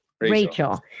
Rachel